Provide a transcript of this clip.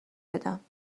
بدم